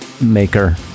maker